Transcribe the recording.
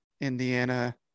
indiana